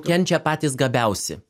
kenčia patys gabiausi